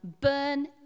burn